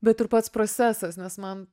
bet ir pats procesas nes man